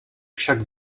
však